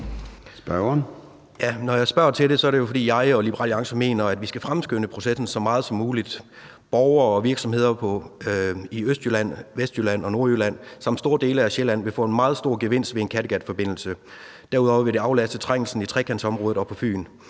Når jeg spørger til det, er det jo, fordi jeg og Liberal Alliance mener, at vi skal fremskynde processen så meget som muligt. Borgere og virksomheder i Østjylland, Vestjylland og Nordjylland samt store dele af Sjælland vil få en meget stor gevinst ved en Kattegatforbindelse. Derudover vil det aflaste trængslen i Trekantområdet og på Fyn.